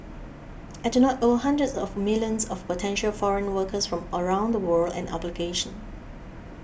I do not owe hundreds of millions of potential foreign workers from around the world an obligation